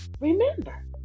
Remember